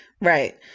Right